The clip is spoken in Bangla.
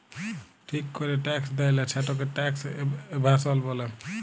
ঠিক ক্যরে ট্যাক্স দেয়লা, সেটকে ট্যাক্স এভাসল ব্যলে